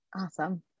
Awesome